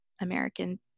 American